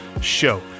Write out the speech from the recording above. show